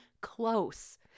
close